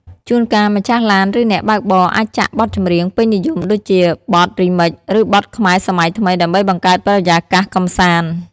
ជួនកាលម្ចាស់ឡាន ឬអ្នកបើកបរអាចចាក់បទចម្រៀងពេញនិយមដូចជាបទរីមិច ឬបទខ្មែរសម័យថ្មីដើម្បីបង្កើតបរិយាកាសកម្សាន្ត។